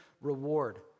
reward